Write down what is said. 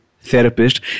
therapist